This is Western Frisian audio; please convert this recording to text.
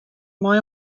mei